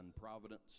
providence